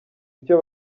icyo